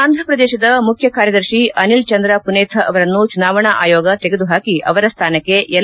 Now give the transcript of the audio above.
ಆಂಧ್ರಪ್ರದೇಶದ ಮುಖ್ಯ ಕಾರ್ಯದರ್ಶಿ ಅನಿಲ್ ಚಂದ್ರ ಮನೆಥಾ ಅವರನ್ನು ಚುನಾವಣಾ ಆಯೋಗ ತೆಗೆದುಹಾಕಿ ಅವರ ಸ್ಥಾನಕ್ಕೆ ಎಲ್